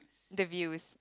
the views